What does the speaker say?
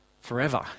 forever